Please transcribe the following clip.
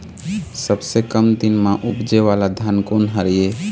सबसे कम दिन म उपजे वाला धान कोन हर ये?